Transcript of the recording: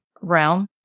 realm